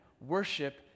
worship